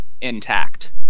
intact